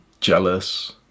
jealous